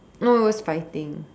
no it was fighting